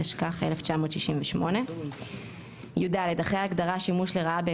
התשכ"ח 1986,"; אחרי ההגדרה "שימוש לרעה",